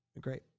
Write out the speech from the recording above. great